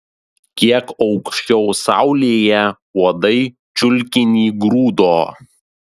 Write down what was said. kiek aukščiau saulėje uodai čiulkinį grūdo